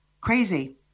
Crazy